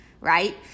right